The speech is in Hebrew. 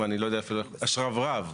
שרברב.